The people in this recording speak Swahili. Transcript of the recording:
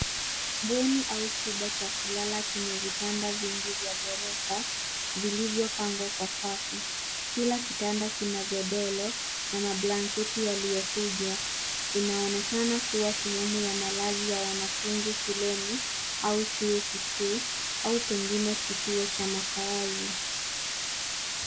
Bweni au chumba cha kulala chenye vitanda vingi vya ghorofa vilivyopangwa kwa safu. Kila kitanda kina godoro na mablanketi yaliyokunjwa inaonekana kuwa sehemu ya malazi ya mwanafunzi shuleni au chuo kikuu au pengine kituo cha makaazi.